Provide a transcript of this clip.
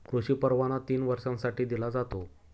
कृषी परवाना तीन वर्षांसाठी दिला जातो